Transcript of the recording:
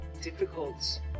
difficult